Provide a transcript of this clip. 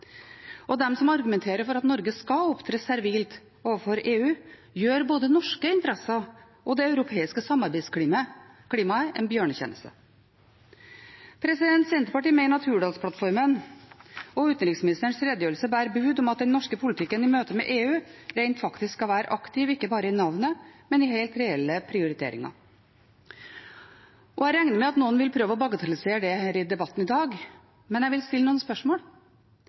som argumenterer for at Norge skal opptre servilt overfor EU, gjør både norske interesser og det europeiske samarbeidsklimaet en bjørnetjeneste. Senterpartiet mener at Hurdalsplattformen og utenriksministerens redegjørelse bærer bud om at den norske politikken i møte med EU rent faktisk skal være aktiv, ikke bare i navnet, men i helt reelle prioriteringer. Jeg regner med at noen vil prøve å bagatellisere dette i debatten i dag, men jeg vil stille noen spørsmål.